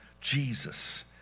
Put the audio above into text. Jesus